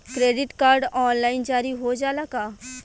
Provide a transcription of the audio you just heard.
Credit card online जारी हो जाला का?